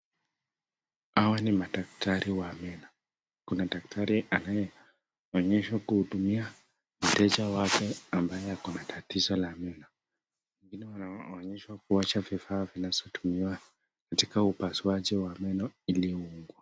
Hawa ni madaktari wa meno. Kuna daktari anayeonyeshwa kuhudumia mteja wake ambaye ako na tatizo la meno. Wengine wanaonyeshwa kuasha vifaa zinazo tumiwa katika upasuaji wa meno.